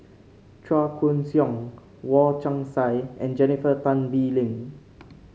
Chua Koon Siong Wong Chong Sai and Jennifer Tan Bee Leng